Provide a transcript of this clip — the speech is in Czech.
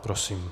Prosím.